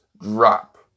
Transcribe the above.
drop